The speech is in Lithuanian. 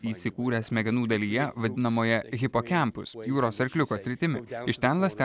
įsikūręs smegenų dalyje vadinamoje hipokempus jūros arkliuko sritimi iš ten ląstelės